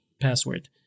password